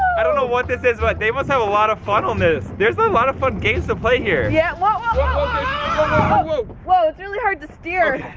i don't know what this is but they must have a lot of fun on this. there's a lot of fun games to play here. yeah, whoa whoa whoa. whoa it's really hard to steer.